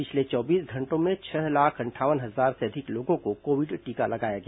पिछले चौबीस घंटों में छह लाख अंठावन हजार से अधिक लोगों को कोविड टीका लगाया गया